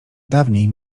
dawniej